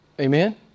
Amen